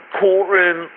courtroom